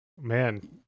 Man